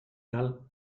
cal